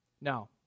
Now